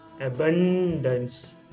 abundance